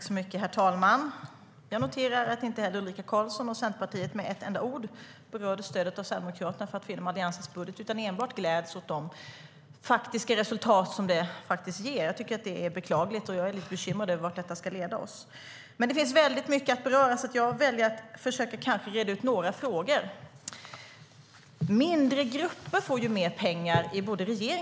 Herr talman! Jag noterar att inte heller Ulrika Carlsson och Centerpartiet med ett enda ord berörde stödet från Sverigedemokraterna för att få igenom Alliansens budget utan enbart gläds åt de faktiska resultat som det ger. Det är beklagligt, och jag är bekymrad över vart detta ska leda oss. Det finns väldigt mycket att beröra. Jag väljer att försöka reda ut några frågor.